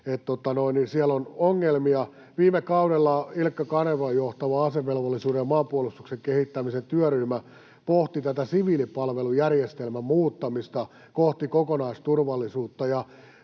siellä on ongelmia. Viime kaudella Ilkka Kanervan johtama asevelvollisuuden ja maanpuolustuksen kehittämisen työryhmä pohti siviilipalvelusjärjestelmän muuttamista kohti kokonaisturvallisuutta.